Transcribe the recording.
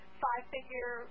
five-figure